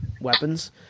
weapons